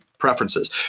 Preferences